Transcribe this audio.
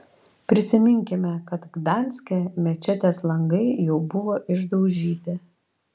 prisiminkime kad gdanske mečetės langai jau buvo išdaužyti